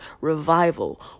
revival